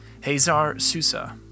Hazar-Susa